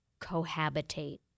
cohabitate